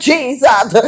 Jesus